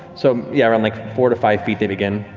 so yeah around like four to five feet, they begin.